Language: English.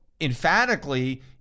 emphatically